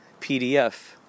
PDF